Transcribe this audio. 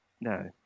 No